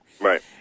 Right